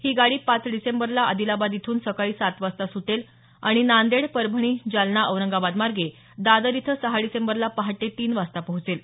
ही गाडी पाच डिसेंबरला आदिलाबाद इथून सकाळी सात वाजता सुटेल आणि नांदेड परभणी जालना औरंगाबाद मार्गे दादर इथं सहा डिसेंबरला पहाटे तीन वाजता पोहोचेल